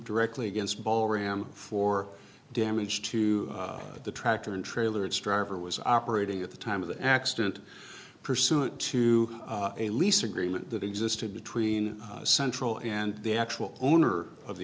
directly against ball ram for damage to the tractor and trailer its driver was operating at the time of the accident pursuant to a lease agreement that existed between the central and the actual owner of the